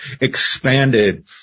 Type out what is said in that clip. expanded